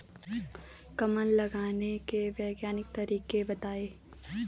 कमल लगाने के वैज्ञानिक तरीके बताएं?